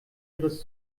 ihres